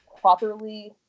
properly